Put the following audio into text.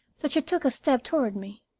that she took a step toward me.